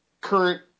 current